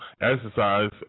exercise